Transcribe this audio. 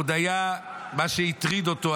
מה שהטריד אותו,